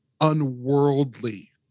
unworldly